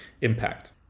impact